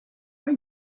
are